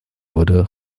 wurde